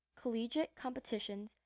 collegiatecompetitions